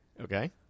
Okay